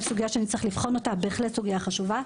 זוהי בהחלט סוגיה חשובה,